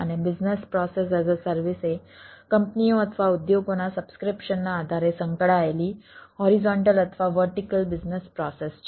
અને business process as a service એ કંપનીઓ અથવા ઉદ્યોગોના સબ્સ્ક્રિપ્શનના આધારે સંકળાયેલી હોરિઝોન્ટલ અથવા વર્ટિકલ બિઝનેસ પ્રોસેસ છે